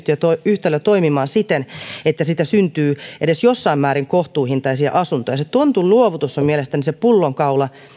yhtälö toimimaan siten että siitä syntyy edes jossain määrin kohtuuhintaisia asuntoja se tontinluovutus on mielestäni se pullonkaula